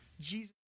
Jesus